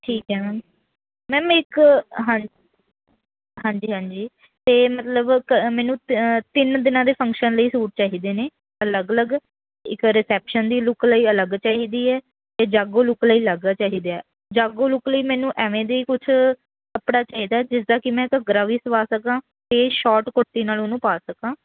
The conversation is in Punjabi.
ਠੀਕ ਹੈ ਮੈਮ ਮੈਮ ਇੱਕ ਹਾਨ ਹਾਂਜੀ ਹਾਂਜੀ ਅਤੇ ਮਤਲਬ ਕ ਮੈਨੂੰ ਤਿੰਨ ਦਿਨਾਂ ਦੇ ਫੰਕਸ਼ਨ ਲਈ ਸੂਟ ਚਾਹੀਦੇ ਨੇ ਅਲੱਗ ਅਲੱਗ ਇੱਕ ਰਿਸੈਪਸ਼ਨ ਦੀ ਲੁੱਕ ਲਈ ਅਲੱਗ ਚਾਹੀਦੀ ਹੈ ਅਤੇ ਜਾਗੋ ਲੁੱਕ ਲਈ ਅਲੱਗ ਚਾਹੀਦੇ ਹੈ ਜਾਗੋ ਲੁਕ ਲਈ ਮੈਨੂੰ ਐਵੇਂ ਦੀ ਕੁਛ ਕੱਪੜਾ ਚਾਹੀਦਾ ਜਿਸਦਾ ਕਿ ਮੈਂ ਘੱਗਰਾ ਵੀ ਸਵਾ ਸਕਾਂ ਅਤੇ ਸ਼ੋਟ ਕੁੜਤੀ ਨਾਲ ਉਹਨੂੰ ਪਾ ਸਕਾਂ